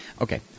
Okay